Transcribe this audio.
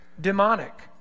demonic